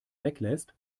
weglässt